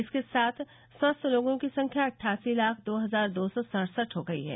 इसके साथ स्वस्थ लोगों की संख्या अटठासी लाख दो हजार दो सौ सड़सठ हो गई है